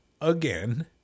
again